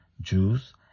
Jews